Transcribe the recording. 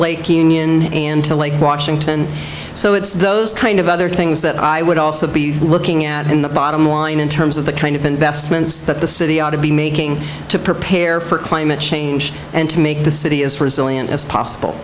lake union into lake washington so it's those kind of other things that i would also be looking at in the bottom line in terms of the kind of investments that the city out be making to prepare for climate change and to make the city as resilient as possible